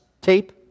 tape